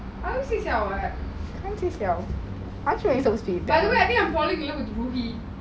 what time are you supposed to sleep